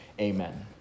amen